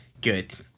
Good